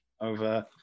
over